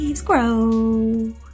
grow